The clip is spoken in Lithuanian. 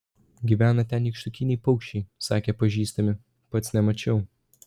gyvena ten nykštukiniai paukščiai sakė pažįstami pats nemačiau